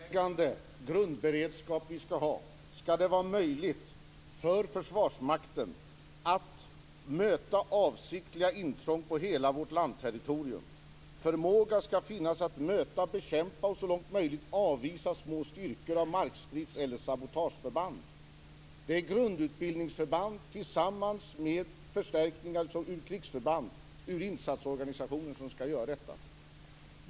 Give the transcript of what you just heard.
Herr talman! Redan i den grundläggande beredskap vi ska ha, ska det vara möjligt för Försvarsmakten att möta avsiktliga intrång på hela vårt landterritorium. Förmåga ska finnas att möta, bekämpa och så långt möjligt avvisa små styrkor av markstrids eller sabotageförband. Det är grundutbildningsförband tillsammans med förstärkningar ur krigsförband ur insatsorganisationen som ska göra detta.